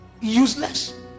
useless